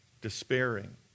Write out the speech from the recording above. despairing